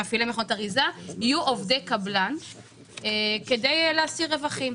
מפעילי מכונות אריזה יהיו עובדי קבלן כדי להשיג רווחים.